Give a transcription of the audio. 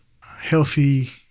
healthy